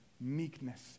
meekness